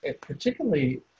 particularly